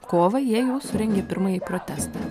kovą jie jau surengė pirmąjį protestą